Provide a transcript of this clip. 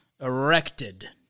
erected